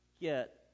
Get